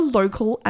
local